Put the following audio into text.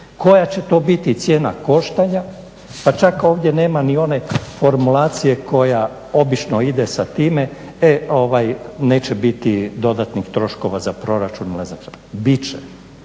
koja će to biti cijena koštanja, pa čak ovdje nema ni one formulacije koja obično ide sa time e neće biti dodatnih troškova za proračun ili ne znam šta.